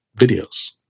videos